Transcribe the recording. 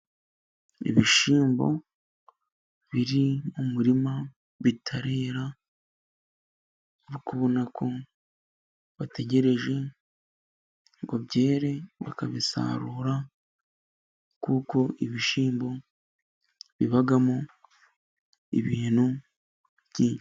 Ibishyimbo biri mu murima bitarera, urikubona ko bategereje ngo byere bakabisarura kuko ibishyimbo bibamo ibintu byinshi.